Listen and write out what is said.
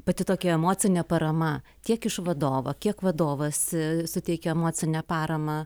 pati tokia emocinė parama tiek iš vadovo kiek vadovas suteikia emocinę paramą